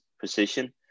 position